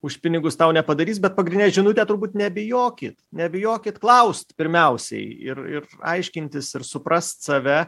už pinigus tau nepadarys bet pagrindinė žinutė turbūt nebijokit nebijokit klaust pirmiausiai ir ir aiškintis ir suprast save